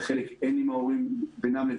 בחלק אין עם ההורים הסכמה